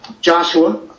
Joshua